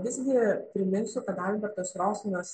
visgi priminsiu kad albertas rosinas